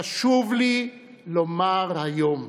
חשוב לי לומר היום: